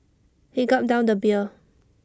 he gulped down the beer